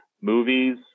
movies